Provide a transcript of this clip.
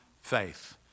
faith